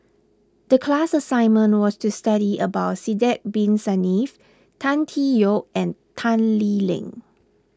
the class assignment was to study about Sidek Bin Saniff Tan Tee Yoke and Tan Lee Leng